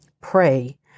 pray